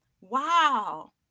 wow